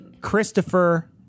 Christopher